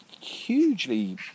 hugely